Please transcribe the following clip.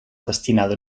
destinada